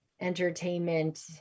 entertainment